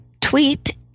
tweet